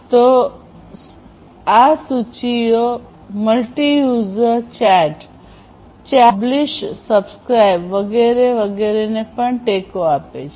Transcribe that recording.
તા સૂચિઓ multi user chat chat publish subscribe વગેરે વગેરેને પણ ટેકો આપે છે